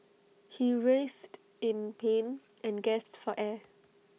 he writhed in pain and gasped for air